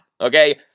okay